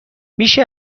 میشه